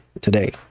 today